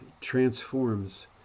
transforms